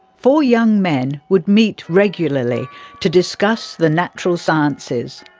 four young men would meet regularly to discuss the natural sciences.